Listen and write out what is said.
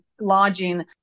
lodging